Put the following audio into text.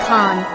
Con